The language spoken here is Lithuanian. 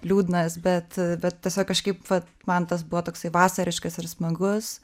liūdnas bet bet tiesiog kažkaip vat man tas buvo toksai vasariškas ir smagus